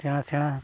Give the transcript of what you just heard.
ᱥᱮᱬᱟ ᱥᱮᱬᱟ